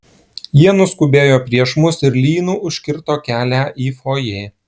jie nuskubėjo prieš mus ir lynu užkirto kelią į fojė